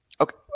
Okay